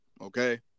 okay